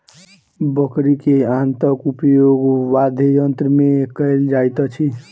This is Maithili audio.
बकरी के आंतक उपयोग वाद्ययंत्र मे कयल जाइत अछि